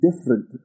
different